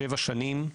שבע שנים.